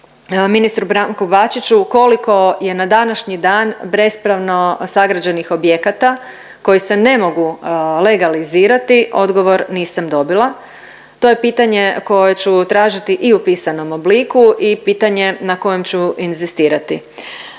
ministru Branku Bačiću koliko je na današnji dan bespravno sagrađenih objekata koji se ne mogu legalizirati, odgovor nisam dobila. To je pitanje koje ću tražiti i u pisanom obliku i pitanje na kojem ću inzistirati.